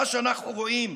מה שאנחנו רואים,